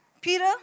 Peter